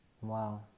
wow